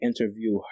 interview